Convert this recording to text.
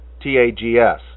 T-A-G-S